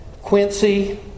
Quincy